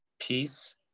peace